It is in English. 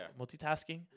multitasking